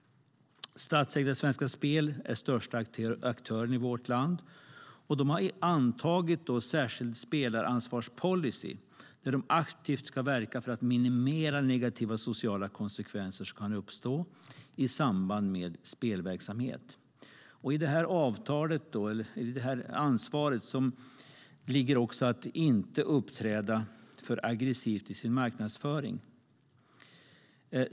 Statsägda Svenska Spel är största aktören i vårt land. De har antagit en särskild spelansvarspolicy där de aktivt ska verka för att minimera negativa sociala konsekvenser som kan uppstå i samband med spelverksamhet. I detta ansvar ligger även att inte uppträda för aggressivt i sin marknadsföring.